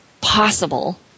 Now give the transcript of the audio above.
possible